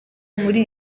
muri